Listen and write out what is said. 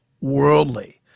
worldly